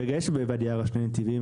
כרגע יש בוואדי ערה שני נתיבים,